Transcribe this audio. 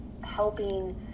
helping